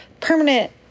permanent